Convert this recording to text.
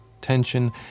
tension